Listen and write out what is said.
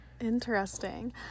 Interesting